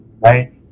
right